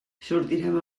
sortirem